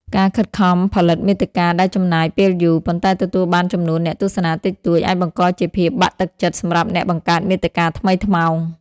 ការខិតខំផលិតមាតិកាដែលចំណាយពេលយូរ ប៉ុន្តែទទួលបានចំនួនអ្នកទស្សនាតិចតួច អាចបង្កជាភាពបាក់ទឹកចិត្តសម្រាប់អ្នកបង្កើតមាតិកាថ្មីថ្មោង។